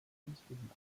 künstlichen